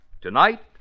Tonight